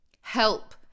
Help